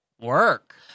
Work